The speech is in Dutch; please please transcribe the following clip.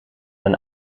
mijn